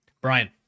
Brian